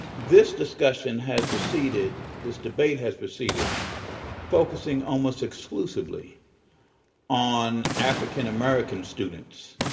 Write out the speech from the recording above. this discussion has proceeded this debate has proceeded focusing almost exclusively on african-american students